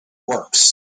works